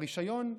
ברישיון,